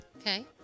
Okay